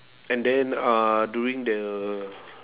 and then uh during the